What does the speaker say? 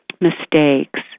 mistakes